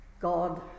God